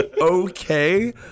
okay